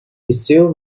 still